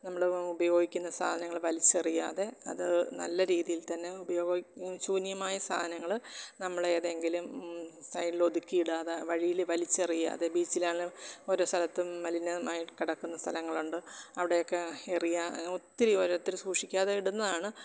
നമ്മൾ ഉപയോഗിക്കുന്ന സാധനങ്ങൾ വലിച്ചെറിയാതെ അത് നല്ല രീതിയില്ത്തന്നെ ഉപയോഗ ശൂന്യമായ സാധനങ്ങൾ നമ്മൾ ഏതെങ്കിലും സൈഡിൽ ഒതുക്കിയിടാതെ വഴിയിൽ വലിച്ചെറിയാതെ ബീച്ചിൽ ആണെങ്കിലും ഓരോ സലത്തും മലിനമായി കിടക്കുന്ന സ്ഥലങ്ങളുണ്ട് അവിടെയെക്കെ എറിയുക ഒത്തിരി ഓരോരുത്തർ സൂക്ഷിക്കാതെ ഇടുന്നതാണ്